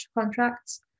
contracts